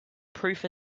proof